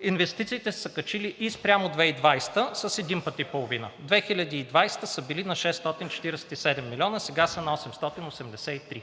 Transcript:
Инвестициите са се качили и спрямо 2020 г. с един път и половина. 2020 г. са били на 647 милиона, сега са на 883.